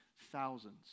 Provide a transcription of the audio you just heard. Thousands